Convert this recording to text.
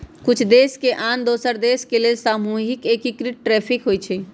कुछ देश के आन दोसर देश के लेल सामूहिक एकीकृत टैरिफ होइ छइ